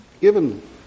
Given